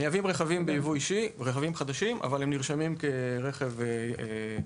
מייבאים רכבים חדשים בייבוא אישי אבל הם נרשמים כרכב משומש,